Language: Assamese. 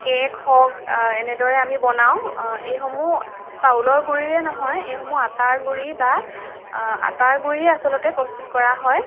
কেক হওক এনেদৰে আমি বনাওঁ এই সমূহ চাউলৰ গুৰিৰে নহয় এইসমূহ আটাৰ গুৰি বা আটাৰ গুৰিয়ে আচলতে প্ৰস্তুত কৰা হয়